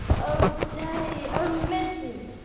o day! o misery!